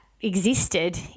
existed